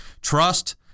trust